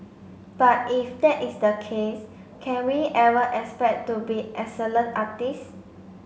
but if that is the case can we ever expect to be excellent artists